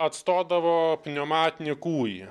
atstodavo pneumatinį kūjį